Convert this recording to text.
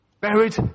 Buried